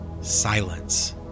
Silence